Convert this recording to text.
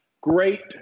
great